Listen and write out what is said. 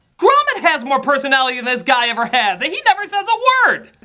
grommet has more personality than this guy ever has and he never says a word!